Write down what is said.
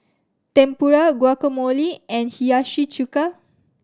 Tempura Guacamole and Hiyashi Chuka